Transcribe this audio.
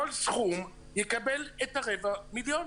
כל סכום יקבל רבע מיליון,